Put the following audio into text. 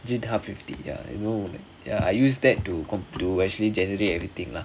github fifty ya you know ya I use that to con~ to actually generate everything lah